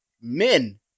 men